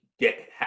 get